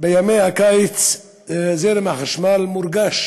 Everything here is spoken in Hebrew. בימי הקיץ זרם החשמל מורגש